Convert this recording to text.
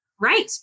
Right